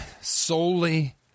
solely